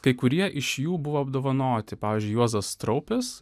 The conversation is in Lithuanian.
kai kurie iš jų buvo apdovanoti pavyzdžiui juozas straupis